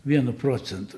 vieno procento